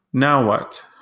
now what?